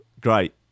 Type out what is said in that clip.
great